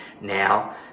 now